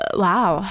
wow